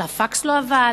שהפקס לא עבד,